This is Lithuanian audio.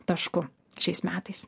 tašku šiais metais